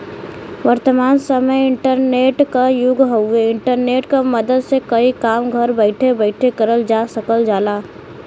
वर्तमान समय इंटरनेट क युग हउवे इंटरनेट क मदद से कई काम घर बैठे बैठे करल जा सकल जाला